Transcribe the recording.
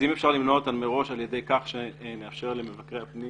אם אפשר למנוע אותן מראש על ידי כך שנאפשר למבקרי הפנים